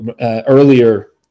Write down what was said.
earlier